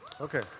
Okay